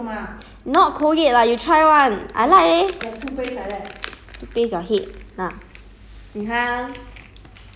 it's like Mentos like that but not Colgate lah you try one I like leh